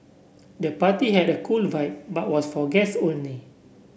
the party had a cool vibe but was for guests only